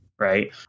Right